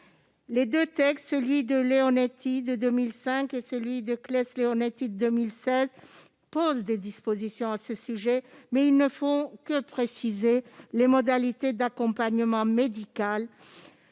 Deux textes, la loi Leonetti de 2005 et la loi Claeys-Leonetti de 2016, prévoient des dispositions à ce sujet, mais ils ne font que préciser les modalités d'accompagnement médical